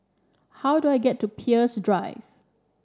how do I get to Peirce Drive